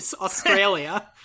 Australia